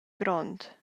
grond